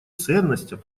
ценностям